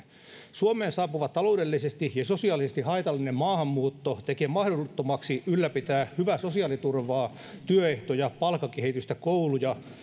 suomeen saapuva taloudellisesti ja sosiaalisesti haitallinen maahanmuutto tekee mahdottomaksi ylläpitää hyvää sosiaaliturvaa työehtoja palkkakehitystä kouluja